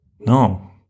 No